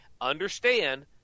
understand